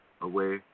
away